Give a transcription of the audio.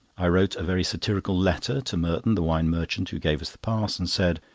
i wrote a very satirical letter to merton, the wine merchant, who gave us the pass, and said,